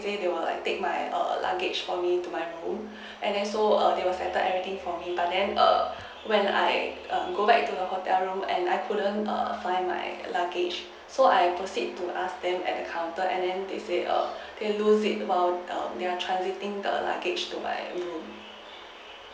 they were like take my err luggage for me to my room and then so err they were settled everything for me but then err when I um go back to the hotel room and I couldn't err find my luggage so I proceed to ask them at the counter and then they said err they loss it around while transiting the luggage to my room